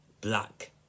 black